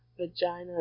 vagina